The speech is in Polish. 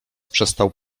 przestał